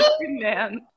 man